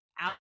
Out